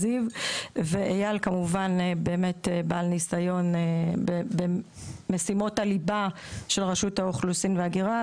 ואייל באמת בעל ניסיון עם משימות הליבה של רשות האוכלוסין וההגירה,